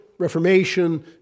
Reformation